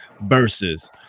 versus